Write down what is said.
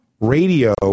radio